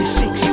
six